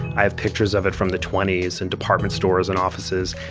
i have pictures of it from the twenty s in department stores and offices.